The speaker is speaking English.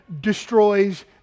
destroys